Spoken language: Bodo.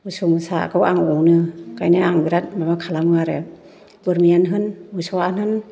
मोसौ मोसाखौ आं अनो ओंखायनो आं बिराथ माबा खालामो आरो बोरमायानो होन मोसौआनो होन